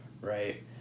right